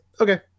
okay